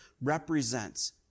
represents